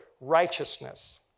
righteousness